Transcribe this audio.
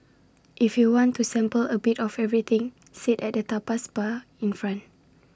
if you want to sample A bit of everything sit at the tapas bar in front